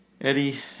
Eddie